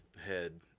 head